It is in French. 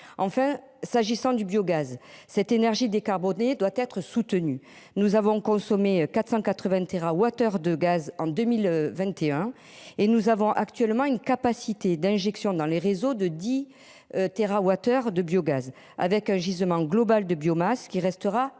Enfin, s'agissant du biogaz. Cette énergie décarbonée doit être soutenu, nous avons consommé 480 TWh de gaz en 2021 et nous avons actuellement une capacité d'injection dans les réseaux de 10. TWh de biogaz avec un gisement globale de biomasse qui restera limitée